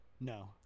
No